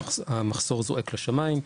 המחסור זועק לשמים.